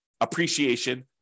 appreciation